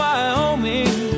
Wyoming